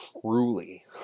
truly